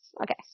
Okay